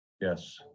Yes